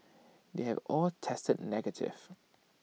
they have all tested negative